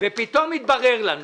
פתאום התברר לנו